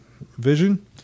vision